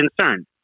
concerned